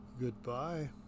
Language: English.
Goodbye